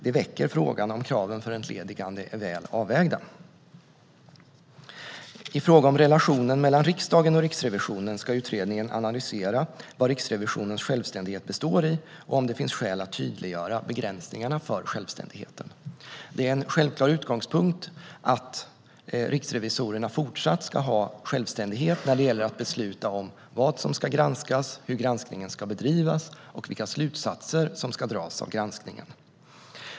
Det väcker frågan om kraven för entledigande är väl avvägda. I fråga om relationen mellan riksdagen och Riksrevisionen ska utredningen analysera vad Riksrevisionens självständighet består i och om det finns skäl att tydliggöra begränsningarna för självständigheten. Det är en självklar utgångspunkt att riksrevisorerna fortsatt ska ha självständighet när det gäller att besluta om vad som ska granskas, hur granskningen ska bedrivas och vilka slutsatser som ska dras av granskningen.